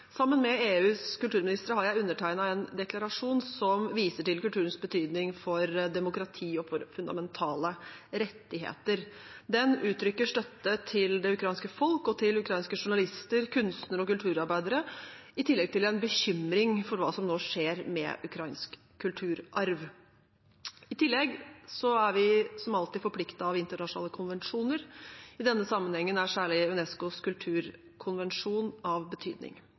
Sammen med EUs kulturministre har jeg undertegnet en deklarasjon som viser til kulturens betydning for demokrati og fundamentale rettigheter. Den uttrykker støtte til det ukrainske folk og til ukrainske journalister, kunstnere og kulturarbeidere, i tillegg til en bekymring for hva som nå skjer med ukrainsk kulturarv. I tillegg er vi som alltid forpliktet av internasjonale konvensjoner. I denne sammenhengen er særlig UNESCOs kulturkonvensjon av betydning.